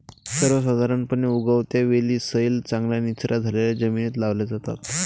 सर्वसाधारणपणे, उगवत्या वेली सैल, चांगल्या निचरा झालेल्या जमिनीत लावल्या जातात